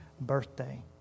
birthday